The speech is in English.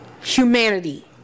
Humanity